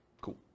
Cool